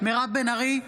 מירב בן ארי,